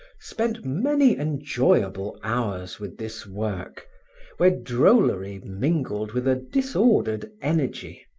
spent many enjoyable hours with this work where drollery mingled with a disordered energy,